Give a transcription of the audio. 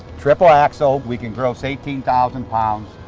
triple axle. we can gross eighteen thousand pounds.